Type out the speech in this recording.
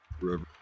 forever